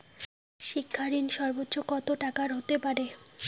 শিক্ষা ঋণ সর্বোচ্চ কত টাকার হতে পারে?